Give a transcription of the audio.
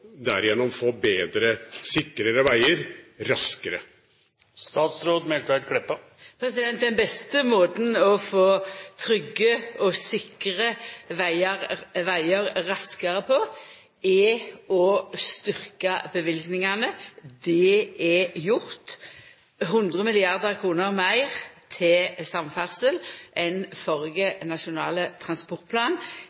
få bedre, sikrere veier raskere? Den beste måten å få trygge og sikre vegar raskare på er å styrkja løyvingane. Det er gjort. 100 mrd. kr meir til samferdsel enn